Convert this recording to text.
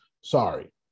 sorry